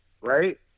right